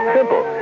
Simple